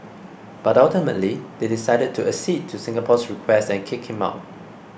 but ultimately they decided to accede to Singapore's request and kick him out